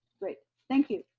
great, thank you.